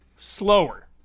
slower